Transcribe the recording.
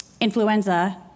influenza